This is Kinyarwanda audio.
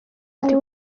konti